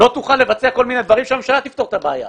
לא תוכל לבצע כל מיני דברים שהממשלה תפתור את הבעיה.